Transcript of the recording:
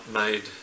made